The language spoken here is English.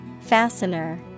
Fastener